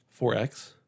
4X